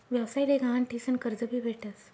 व्यवसाय ले गहाण ठीसन कर्ज भी भेटस